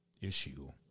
issue